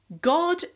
god